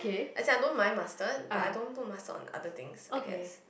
as in I don't mind mustard but I don't put mustard on other things I guess